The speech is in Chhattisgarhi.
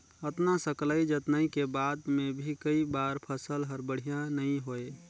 अतना सकलई जतनई के बाद मे भी कई बार फसल हर बड़िया नइ होए